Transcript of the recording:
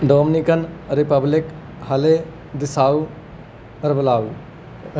Dominican Republic ਹਾਲੇ ਦਿਸਾਊ ਰਬਲਾਊ